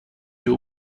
you